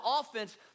offense